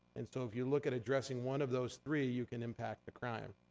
an so if you look at addressing one of those three, you can impact the crime.